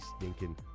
stinking